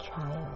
child